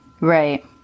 right